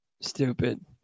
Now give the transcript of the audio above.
stupid